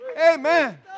Amen